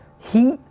heat